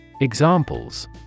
Examples